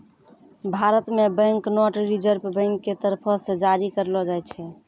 भारत मे bank note reserve bank के तरफो से जारी करलो जाय छै